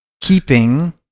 keeping